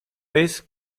vez